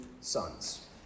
sons